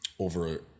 over